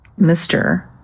Mr